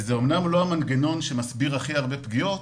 זה אומנם לא המנגנון שמסביר הכי הרבה פגיעות,